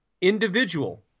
individual